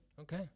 Okay